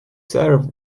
served